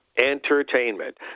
Entertainment